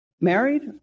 married